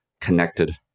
connected